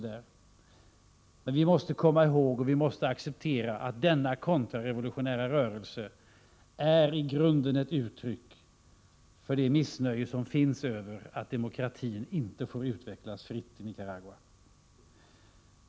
Vi måste emellertid komma ihåg och acceptera att denna kontrarevolutionära rörelse i grunden är ett uttryck för det missnöje som finns över att demokratin inte får utvecklas fritt i Nicaragua.